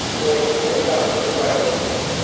or you've had some some great experience.